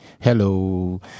Hello